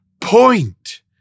point